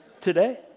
Today